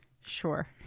Sure